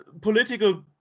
political